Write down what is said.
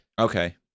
Okay